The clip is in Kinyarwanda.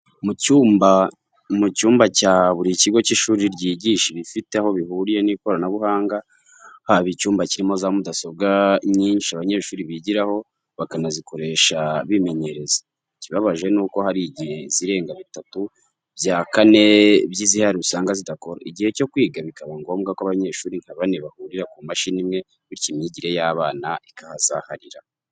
Mu cyumba cya buri kigo cy'ishuri ryigisha ibifite aho bihuriye n'ikoranabuhanga, haba icyumba kirimo za mudasobwa nyinshi abanyeshuri bigiraho, bakanazikoresha bimenyereza. Ikibabaje ni uko hari igihe izirenga bitatu bya kane by'izihari usanga zidakora, igihe cyo kwiga bikaba ngombwa ko abanyeshuri nka bane bahurira ku mashini imwe, bityo imyigire y'abana ikahazaharira.